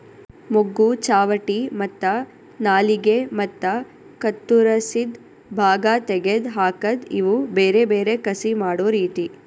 ಮೊಗ್ಗು, ಚಾವಟಿ ಮತ್ತ ನಾಲಿಗೆ ಮತ್ತ ಕತ್ತುರಸಿದ್ ಭಾಗ ತೆಗೆದ್ ಹಾಕದ್ ಇವು ಬೇರೆ ಬೇರೆ ಕಸಿ ಮಾಡೋ ರೀತಿ